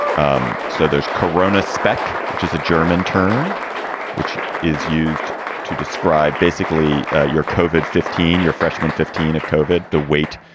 um so there's corona's spec, which is a german term which is used to describe basically your covered fifteen, your freshman fifteen have covered the weight.